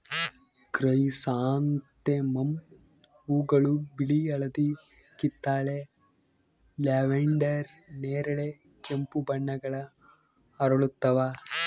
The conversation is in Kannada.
ಕ್ರೈಸಾಂಥೆಮಮ್ ಹೂವುಗಳು ಬಿಳಿ ಹಳದಿ ಕಿತ್ತಳೆ ಲ್ಯಾವೆಂಡರ್ ನೇರಳೆ ಕೆಂಪು ಬಣ್ಣಗಳ ಅರಳುತ್ತವ